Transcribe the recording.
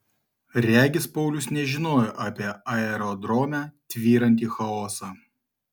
regis paulius nežinojo apie aerodrome tvyrantį chaosą